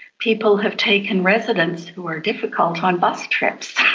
people have taken residents who are difficult on bus trips,